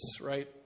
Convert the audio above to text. Right